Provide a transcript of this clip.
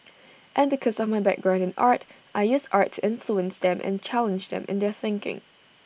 and because of my background in art I use art to influence them and challenge them in their thinking